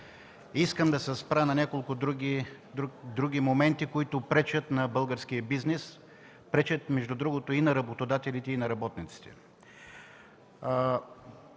искам да се спра на някои други моменти, които пречат на българския бизнес, пречат между другото и на работодателите, и работниците.